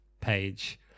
page